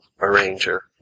arranger